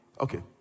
Okay